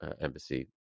embassy